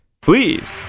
please